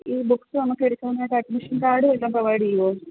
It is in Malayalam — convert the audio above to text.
ഈ ബുക്ക്സ് നമുക്ക് എടുക്കാനായിട്ട് അഡ്മിഷൻ കാഡ് വല്ലതും പ്രൊവൈഡ് ചെയ്യുമോ